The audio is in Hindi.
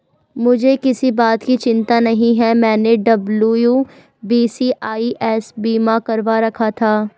मुझे किसी बात की चिंता नहीं है, मैंने डब्ल्यू.बी.सी.आई.एस बीमा करवा रखा था